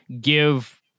give